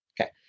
Okay